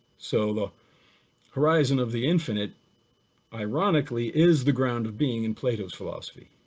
so the horizon of the infinite ironically is the ground of being in plato's philosophy.